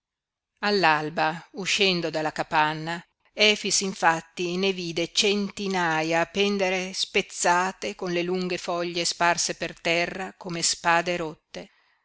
all'alba uscendo dalla capanna efix infatti ne vide centinaia pendere spezzate con le lunghe foglie sparse per terra come spade rotte